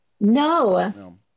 No